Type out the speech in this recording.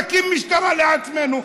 נקים משטרה לעצמנו,